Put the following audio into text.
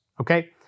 okay